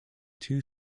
two